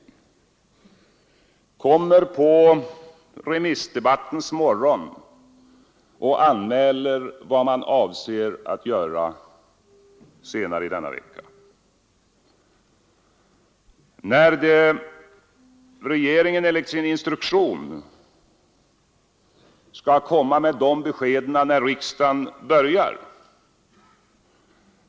Man kommer alltså på remissdebattens morgon och anmäler vad man avser att göra senare denna vecka, trots att regeringen enligt sin instruktion skall komma med beskeden när riksdagen börjar.